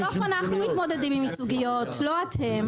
בסוף אנחנו מתמודדים עם ייצוגיות, לא אתם.